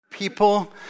People